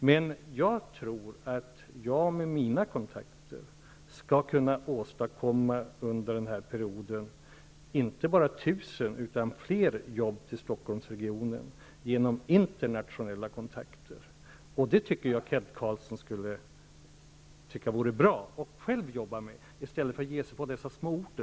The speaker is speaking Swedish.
Jag tror att jag med mina kontakter under den här perioden skall kunna åstadkomma inte bara 1 000 utan fler jobb till Stockholmsregionen, genom internationella kontakter, och det borde Kent Carlsson tycka var bra och själv jobba med i stället för att ge sig på dessa småorter.